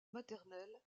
maternelle